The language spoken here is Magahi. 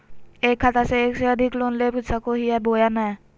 एक खाता से एक से अधिक लोन ले सको हियय बोया नय?